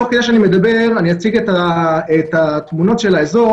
תוך כדי שאני מדבר אציג את התמונות של האזור,